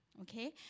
okay